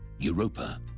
europa,